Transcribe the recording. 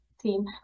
team